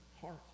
heart